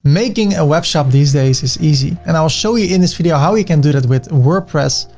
making a web shop these days is easy. and i'll show you in this video, how we can do that with wordpress,